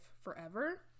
forever